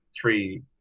three